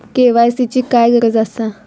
KYC ची काय गरज आसा?